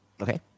Okay